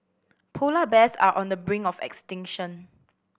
polar bears are on the brink of extinction